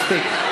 מספיק.